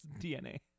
DNA